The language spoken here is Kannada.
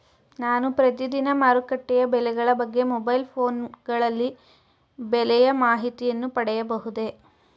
ನಾನು ಪ್ರತಿದಿನ ಮಾರುಕಟ್ಟೆಯ ಬೆಲೆಗಳ ಬಗ್ಗೆ ಮೊಬೈಲ್ ಫೋನ್ ಗಳಲ್ಲಿ ಬೆಲೆಯ ಮಾಹಿತಿಯನ್ನು ಪಡೆಯಬಹುದೇ?